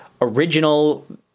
original